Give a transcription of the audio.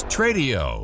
Tradio